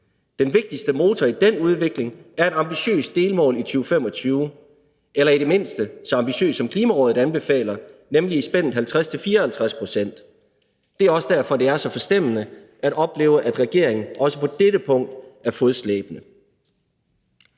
Den vigtigste motor i den udvikling er et ambitiøst delmål i 2025 eller i det mindste så ambitiøst, som Klimarådet anbefaler det, nemlig i spændet 50-54 pct. Det er også derfor, det er så forstemmende at opleve, at regeringen også på dette punkt er fodslæbende.